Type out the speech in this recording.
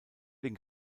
den